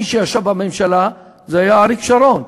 מי שישב בממשלה היה אריק שרון.